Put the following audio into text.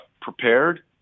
prepared